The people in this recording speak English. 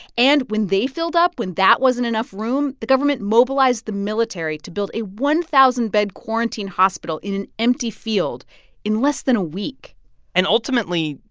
and when they filled up when that wasn't enough room, the government mobilized the military to build a one thousand bed quarantine hospital in an empty field in less than a week and ultimately,